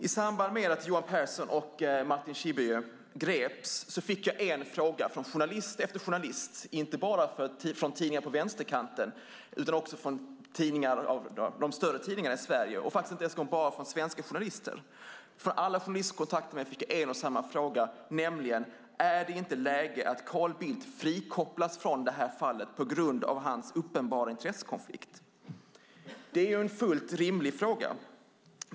I samband med att Johan Persson och Martin Schibbye greps fick jag en fråga från journalist efter journalist, inte bara från tidningar på vänsterkanten utan också från de större tidningarna i Sverige och faktiskt inte heller bara från svenska journalister. Från alla journalister som jag kom i kontakt med fick jag en och samma fråga, nämligen: Är det inte läge att Carl Bildt frikopplas från det här fallet på grund av sin uppenbara intressekonflikt? Det är en fullt rimlig fråga.